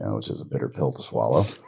which is a bigger pill to swallow.